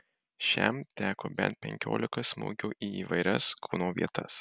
šiam teko bent penkiolika smūgių į įvairias kūno vietas